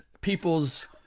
people's